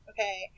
Okay